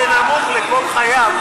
יהיה נמוך לכל חייו.